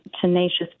tenacious